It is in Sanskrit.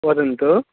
वदन्तु